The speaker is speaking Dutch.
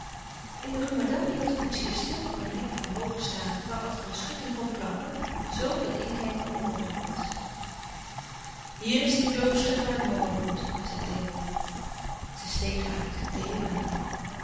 in de rue madame hield de koetsier stil voor een hek van hooge staven waarachter een schutting van planken zoo dat inkijken onmogelijk was hier is het klooster waar mama woont zei theo zij stegen uit theo belde